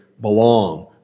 belong